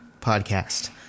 podcast